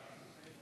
ההצעה